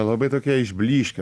labai tokie išblyškę